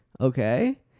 okay